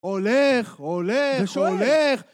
הולך, הולך, הולך.